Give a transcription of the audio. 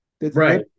Right